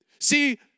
See